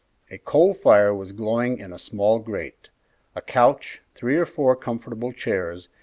a coal-fire was glowing in a small grate a couch, three or four comfortable chairs,